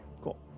cool